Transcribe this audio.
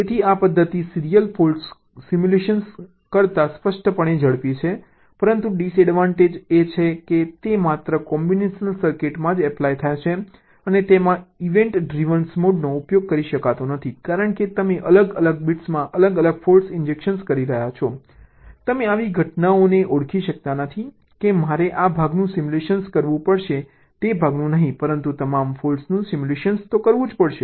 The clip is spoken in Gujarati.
તેથી આ પદ્ધતિ સીરીયલ ફોલ્ટ સિમ્યુલેશન કરતાં સ્પષ્ટપણે ઝડપી છે પરંતુ ડીસએડવાન્ટેજ એ છે કે તે માત્ર કોમ્બિનેશનલ સર્કિટમાં જ એપ્લાય થાય છે અને તેમાં ઈવેન્ટ ડ્રિવન મોડનો ઉપયોગ કરી શકાતો નથી કારણ કે તમે અલગ અલગ બિટ્સમાં અલગ અલગ ફોલ્ટ ઈન્જેક્શન કરી રહ્યાં છો તમે આવી ઘટનાઓને ઓળખી શકતા નથી કે મારે આ ભાગનું સિમ્યુલેટ કરવું પડશે તે ભાગ નહીં પરંતુ તમામ ફોલ્ટ્સનું સિમ્યુલેટ કરવું પડશે